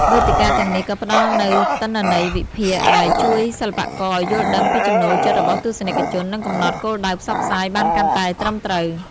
វេទិកាទាំងនេះក៏ផ្ដល់នូវទិន្នន័យវិភាគ ដែលជួយសិល្បករឲ្យយល់ដឹងពីចំណូលចិត្តរបស់ទស្សនិកជន និងកំណត់គោលដៅផ្សព្វផ្សាយបានកាន់តែត្រឹមត្រូវ។